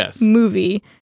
movie